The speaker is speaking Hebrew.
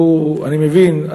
אני מבין,